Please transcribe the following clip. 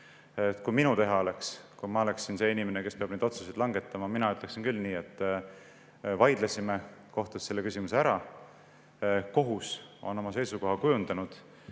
see minu teha oleks, kui ma oleksin see inimene, kes peab neid otsuseid langetama, ütleksin ma küll nii, et vaidlesime kohtus selle küsimuse ära, kohus on oma seisukoha kujundanud,